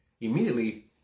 immediately